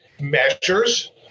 measures